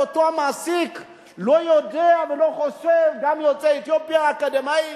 אותו מעסיק לא יודע ולא חושב שגם יוצא אתיופיה אקדמאי